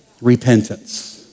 Repentance